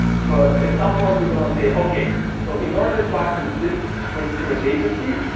but at some point we're going to say, okay, so in order to access this particular data feed,